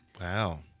Wow